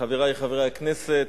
חברי חברי הכנסת,